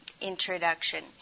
introduction